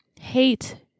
hate